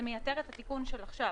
זה מייתר את התיקון של עכשיו.